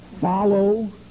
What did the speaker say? follow